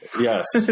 Yes